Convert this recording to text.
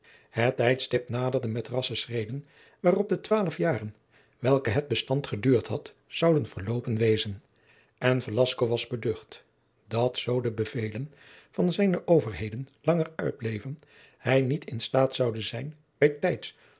het tijdstip naderde met rassche schreden waarop de twaalf jaren welke het bestand geduurd had zouden verloopen wezen en velasco was beducht dat zoo de bevelen van zijne overheden langer uitbleven hij niet in staat zoude zijn bij tijds